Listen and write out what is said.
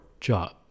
job